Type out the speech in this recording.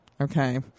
okay